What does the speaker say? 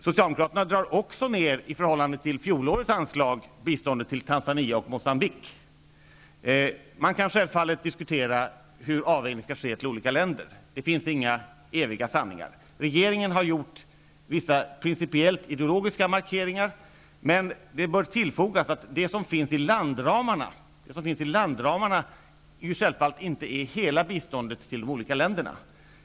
Socialdemokraterna drar också i förhållande till fjolårets anslag ned biståndet till Tanzania och Moçambique. Man kan självfallet diskutera hur en avvägning mellan olika länder skall ske. Det finns inga eviga sanningar. Regeringen har gjort vissa principiellt ideologiska markeringar, men det bör tillfogas att det som finns i landramarna självfallet inte utgör hela biståndet till de olika länderna.